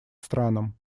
странам